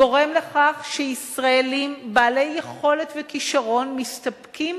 גורמת לכך שישראלים בעלי יכולת וכשרון מסתפקים